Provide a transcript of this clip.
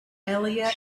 elia